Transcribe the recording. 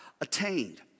attained